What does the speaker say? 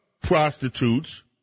prostitutes